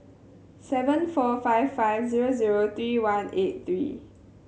seven four five five zero zero three one eight three